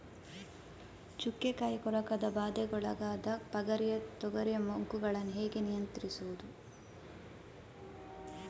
ಚುಕ್ಕೆ ಕಾಯಿ ಕೊರಕದ ಬಾಧೆಗೊಳಗಾದ ಪಗರಿಯ ತೊಗರಿಯ ಮೊಗ್ಗುಗಳನ್ನು ಹೇಗೆ ನಿಯಂತ್ರಿಸುವುದು?